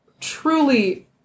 truly